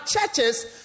churches